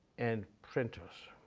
and printers.